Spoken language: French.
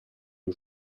nos